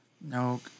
No